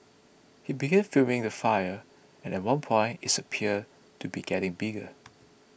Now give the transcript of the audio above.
he began filming the fire and at one point it's appeared to be getting bigger